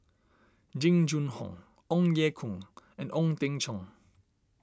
Jing Jun Hong Ong Ye Kung and Ong Teng Cheong